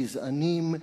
גזענים,